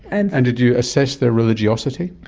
and and did you assess their religiosity?